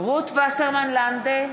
רות וסרמן לנדה,